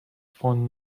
phone